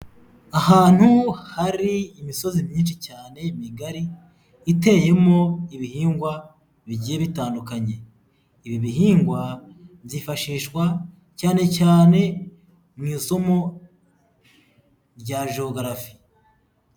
Ahantu hari imisozi myinshi cyane migari, iteyemo ibihingwa bigiye bitandukanye ibi bihingwa byifashishwa cyane cyane mu isomo rya jewogarafi.